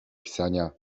pisania